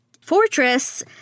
fortress